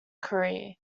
career